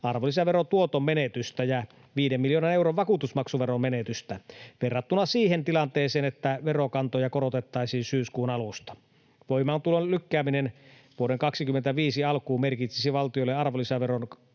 arvonlisäverotuoton menetystä ja viiden miljoonan euron vakuutusmaksuveron menetystä verrattuna siihen tilanteeseen, että verokantoja korotettaisiin syyskuun alusta. Voimaantulon lykkääminen vuoden 25 alkuun merkitsisi valtiolle arvonlisäveron kahden